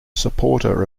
supporter